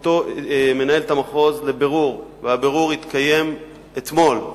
אותו מנהלת המחוז לבירור, והבירור התקיים אתמול.